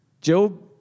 Job